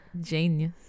genius